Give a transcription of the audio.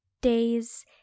days